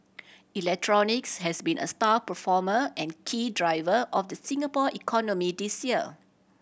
electronics has been a star performer and key driver of the Singapore economy this year